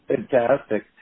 Fantastic